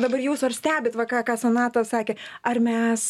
dabar jūs ar stebit va ką ką sonata sakė ar mes